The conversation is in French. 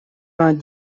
vingt